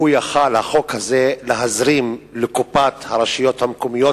החוק הזה יכול היה להזרים לקופת הרשויות המקומיות